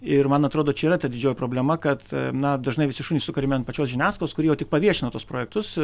ir man atrodo čia yra ta didžioji problema kad na dažnai visi šunys sukariami ant pačios žiniasklaidos kuri jau tik paviešina tuos projektus